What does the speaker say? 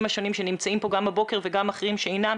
השונים שנמצאים כאן גם הבוקר וגם אחרים שאינם.